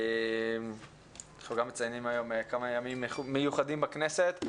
אנחנו גם מציינים כמה ימים מיוחדים בכנסת,